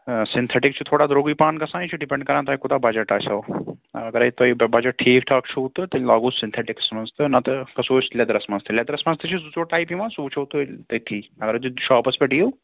synthetic چھُ تھوڑا دروٚگُے پَہَم گَژھان یہِ چھُ ڈِپیٚنڈ کَران تۄہہِ کوتاہ بَجَٹ آسیو اگرَے تۄہہِ بَجَٹ ٹھیٖک ٹھاک چھُو تہٕ تیٚلہِ لاگو سِنتھیٚٹِکس مَنٛز تہٕ نَتہٕ گَژھو أسۍ لیٚدرَس مَنٛز تہٕ لیٚدرَس مَنٛز تہِ چھِ زٕ ژور ٹایپ یِوان سُہ وٕچھو تیٚلہِ تٔتھی اَگَرَے تُہۍ شاپس پیٹھ یِیِو